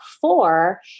four